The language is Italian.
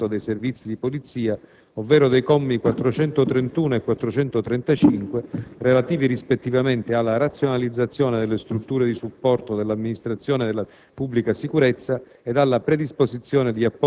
per la realizzazione di programmi straordinari di incremento dei servizi di polizia, ovvero dei commi 431 e 435 dello stesso articolo, relativi rispettivamente alla razionalizzazione delle strutture di supporto dell'amministrazione della